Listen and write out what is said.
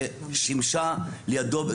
ששימשה לידו,